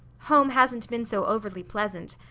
home hasn't been so overly pleasant.